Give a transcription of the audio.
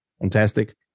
fantastic